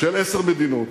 של עשר מדינות,